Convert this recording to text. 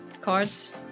cards